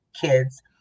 kids